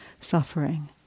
suffering